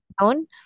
own